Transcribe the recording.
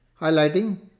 Highlighting